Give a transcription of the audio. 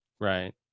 right